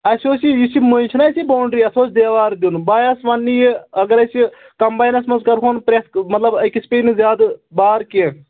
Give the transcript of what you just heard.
اَسہِ اوس یہِ یہِ چھِ یہِ چھِنَہ اَسہِ یہِ بونٛڈری اَتھ اوس دیوار دیُن بہٕ آیوس وَنٛنہِ یہِ اَگر أسۍ یہِ کَمباینَس منٛز کَرہون پرٛٮ۪تھ مطلب أکِس پے نہٕ زیادٕ بار کیٚنٛہہ